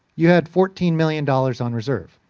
you had fourteen million dollars on reserve.